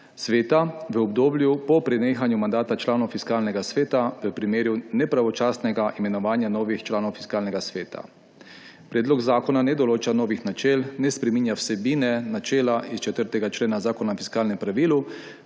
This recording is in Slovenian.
sveta v obdobju po prenehanju mandata članov Fiskalnega sveta v primeru nepravočasnega imenovanja novih članov fiskalnega sveta. Predlog zakona ne določa novih načel, ne spreminja vsebine, načela iz 4. člena Zakona o fiskalnem pravilu,